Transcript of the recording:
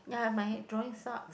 ya my drawing sucks